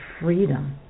freedom